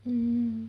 mm